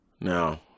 Now